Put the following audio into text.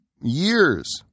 years